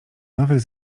nowych